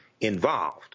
involved